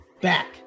Back